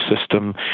system